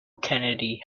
kennedy